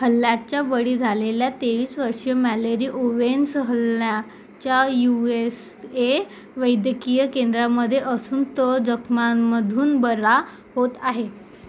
हल्ल्याच्या बळी झालेल्या तेवीस वर्षीय मॅलरी ओवेन्स हलणाच्या यू एस ए वैद्यकीय केंद्रामध्ये असून तो जखमांमधून बरा होत आहे